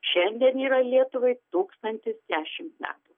šiandien yra lietuvai tūkstantis dešimt metų